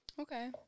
Okay